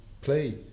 play